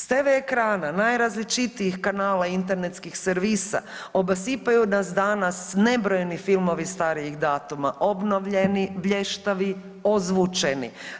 S tv ekrana najrazličitijih kanala internetskih servisa obasipaju nas danas nebrojeni filmovi starijih datuma obnovljeni, blještavi, ozvučeni.